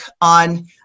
on